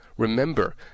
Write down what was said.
Remember